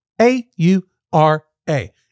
A-U-R-A